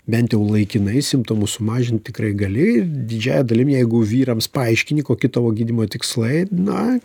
bent jau laikinai simptomus sumažint tikrai gali didžiąja dalim jeigu vyrams paaiškini koki tavo gydymo tikslai na